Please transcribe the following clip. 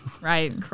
Right